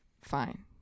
fine